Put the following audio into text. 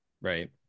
right